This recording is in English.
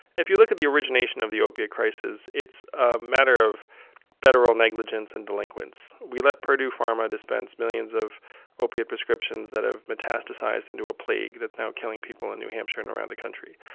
if you look at the origination of the opiate crisis, it's a matter of federal negligence and delinquence we let purdue pharma dispense millions of opiate prescriptions that have metastasized into a plague that's now killing people in new hampshire and around the country.